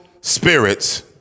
spirits